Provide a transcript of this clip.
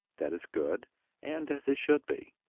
that is good and as it should be.